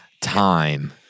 time